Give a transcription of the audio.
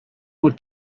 more